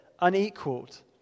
unequaled